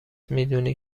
میدونی